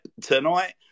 tonight